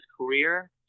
career